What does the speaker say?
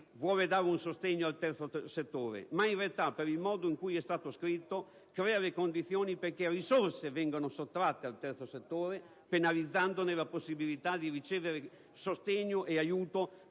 vuole dare un sostegno al terzo settore, ma per il modo in cui è stato scritto crea le condizioni perché gli vengano sottratte risorse, penalizzandone la possibilità di ricevere sostegno ed aiuto